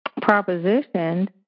propositioned